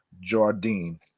Jardine